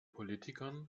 politikern